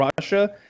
Russia